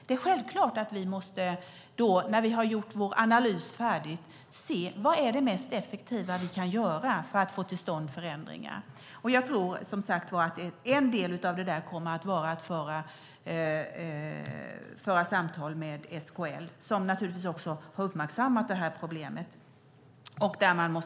När vi är klara med vår analys är det självklart att vi måste titta på vad som är det mest effektiva vi kan göra för att få förändringar till stånd. Jag tror att en del i detta kommer att vara att föra samtal med SKL som ju också har uppmärksammat problemet.